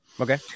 Okay